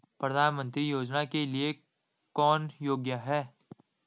प्रधानमंत्री योजना के लिए कौन योग्य है?